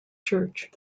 church